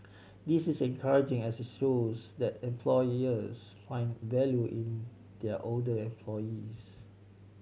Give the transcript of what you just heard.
this is encouraging as it shows that employers find value in their older employees